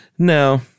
No